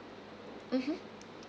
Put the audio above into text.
mmhmm